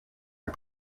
are